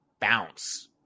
bounce